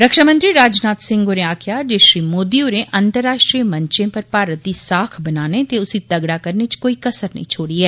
रक्षामंत्री राजनाथ सिंह होरें आक्खेआ जे श्री मोदी होरें अंतर्राश्ट्रीय मंच पर भारत दी साख बनाने ते उसी तगड़ा करने च कोई कसर नेई छोड़ी ऐ